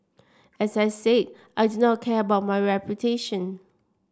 as I said I do not care about my reputation